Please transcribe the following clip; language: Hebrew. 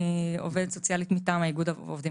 אני עובדת סוציאלית מטעם איגוד העובדים